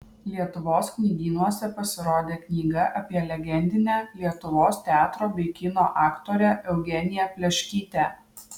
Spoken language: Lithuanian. lietuvos knygynuose pasirodė knyga apie legendinę lietuvos teatro bei kino aktorę eugeniją pleškytę